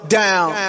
down